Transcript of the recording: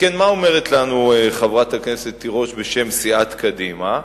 שכן מה אומרת לנו חברת הכנסת תירוש בשם סיעת קדימה?